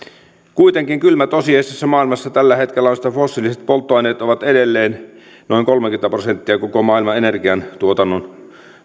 kuitenkin kylmä tosiasia maailmassa tällä hetkellä on se että fossiiliset polttoaineet ovat edelleen noin kolmekymmentä prosenttia koko maailman energiantuotannon